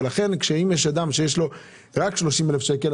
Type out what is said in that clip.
ולכן אם יש אדם שיש לו רק 30,000 שקל,